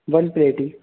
one plate he